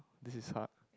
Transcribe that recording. this is hard